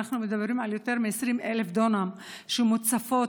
אנחנו מדברים על יותר מ-20,000 דונם שמוצפים